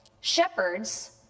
Shepherds